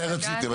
מתי רציתם?